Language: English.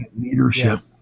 leadership